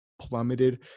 plummeted